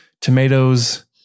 tomatoes